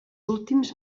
últims